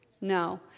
No